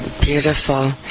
Beautiful